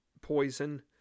poison